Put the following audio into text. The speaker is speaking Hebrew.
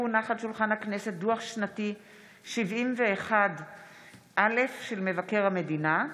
כי הונח על שולחן הכנסת דוח שנתי 71א של מבקר המדינה.